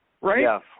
right